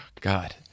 god